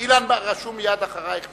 אילן רשום מייד אחרייך.